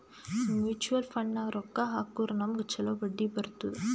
mutual ಫಂಡ್ನಾಗ್ ರೊಕ್ಕಾ ಹಾಕುರ್ ನಮ್ಗ್ ಛಲೋ ಬಡ್ಡಿ ಬರ್ತುದ್